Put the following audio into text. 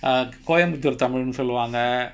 ah coimbatore tamil ன்னு சொல்லுவாங்க:nnu solluvaanga